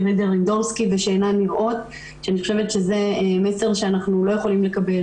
רידר אינדורסקי ושאינן נראות ואני חושבת שזה מסר שאיננו יכולים לקבל.